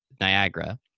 Niagara